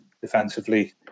defensively